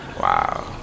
Wow